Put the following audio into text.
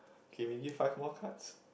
he may give five more cards